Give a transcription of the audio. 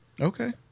Okay